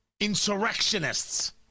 insurrectionists